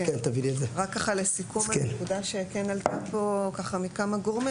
רק לסיכום הנקודה שכן עלתה פה מכמה גורמים.